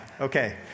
Okay